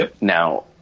Now